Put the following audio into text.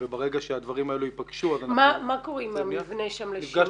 וברגע שהדברים האלו ייפגשו אז אנחנו -- מה קורה עם המבנה שם לשימור?